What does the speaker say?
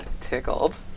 tickled